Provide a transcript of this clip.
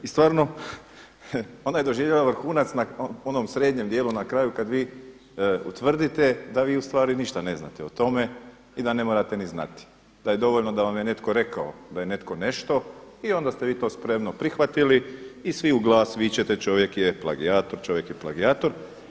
I stvarno onda je doživjela vrhunac na onom srednjem dijelu na kraju kada vi utvrdite da vi ustvari ništa ne znate o tome i da ne morate niti znati, da je dovoljno da vam je netko rekao da je netko nešto i onda ste vi to spremno prihvatili i svi u glas vičete čovjek je plagijator, čovjek je plagijator.